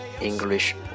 English